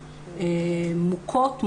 מוכות,